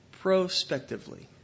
prospectively